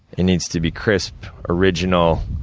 it needs to be crisp, original,